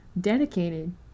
dedicated